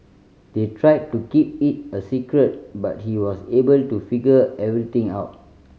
they tried to keep it a secret but he was able to figure everything out